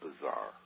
bizarre